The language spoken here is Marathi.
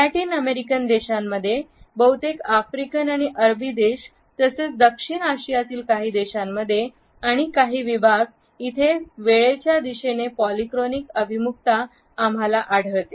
लॅटिन अमेरिकन देशांमध्ये बहुतेक आफ्रिकन आणि अरबी देश तसेच दक्षिण आशियातील काही देशांमध्ये आणि काही विभाग इथे वेळेच्या दिशेने पॉलीक्रॉनिक अभिमुखता आम्हाला आढळते